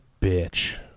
bitch